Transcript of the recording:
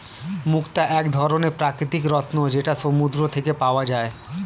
মুক্তা এক ধরনের প্রাকৃতিক রত্ন যেটা সমুদ্র থেকে পাওয়া যায়